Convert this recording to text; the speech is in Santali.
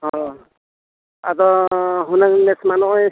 ᱦᱳᱭ ᱟᱫᱚ ᱦᱩᱱᱟᱹᱝ ᱱᱮᱥᱢᱟ ᱱᱚᱜᱼᱚᱭ